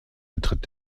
betritt